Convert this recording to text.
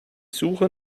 suche